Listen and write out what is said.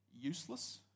useless